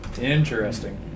interesting